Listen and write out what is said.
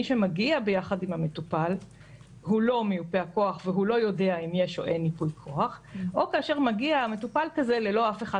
לכל המערכת שפלוני מגיע לרגע שבו מופעל לגביו ייפוי הכוח המתמשך הרפואי,